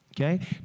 okay